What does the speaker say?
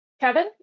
kevin